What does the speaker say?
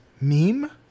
meme